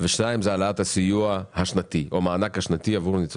והשני הוא העלאת המענק השנתי.